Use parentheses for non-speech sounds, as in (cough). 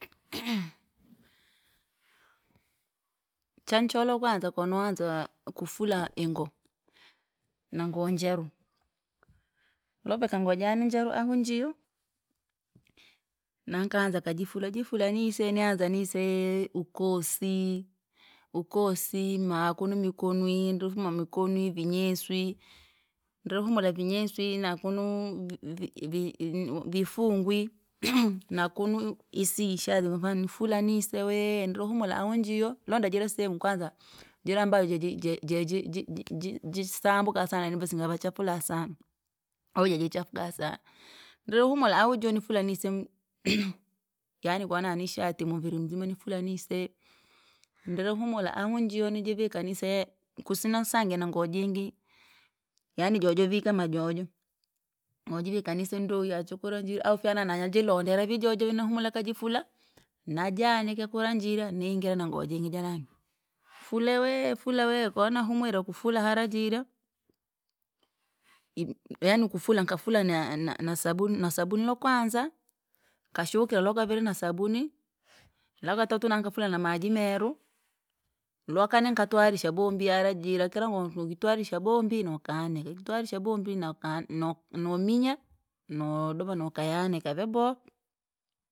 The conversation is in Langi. (noise) chancholo kwanza konowanza wa kufula ingo, na ngoo njeru, loveka ngoo jani njeru ahu njiyo, nankaza kajifula jifula! Nisee nianza nisee ukosi, ukosi maakunu imikonwi, ndirifuma mikonwi vinyeswi, ndri humula vinyeswi na kunu vi- vim- vifungwi, (noise) na kunu isi yishazi (unintelligible) nifula nise wee ndiri humula au njiyo, londa jira sehemu kwanza, jina ambayo jeje je- je- je- ji- ji- ji- jisambuka sana nivasinga vachafula sana. Oje jichafuka sana, ndiri humula ahu jo nifula nise (noise) yaani kwana nishati muviri muzima nifuala nise, ndiri humula ahu njiyo nijivika nise, kusina sangi na ngoo jingi. Yaani jojo vi kama jojo! Mojivika nise ndowi yachu kura jira au fyana nana jilondere vi jojo nahumula kajifula, najanika kura njila niingire na ngoo jingi jarangi. Nfule wee nfule wee, konahumwire ukufula hara jira, i- yanii ukufula nkafula na- na- nasabuni nasabuni lwakwanza! Nkashukira lwakaviri nasaburi, lwakatatu nankakufala na maji meru, lwakani nkatwaharisha bombi hara jira kira ngoo nokitwarisha bombi! Nokanika, itwarisha bombi naka nu- nu- numinya nodoma nakayanika vyabaha.